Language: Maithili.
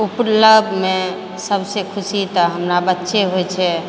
उपलब्धमे सभसँ खुशी तऽ हमरा बच्चे होइ छै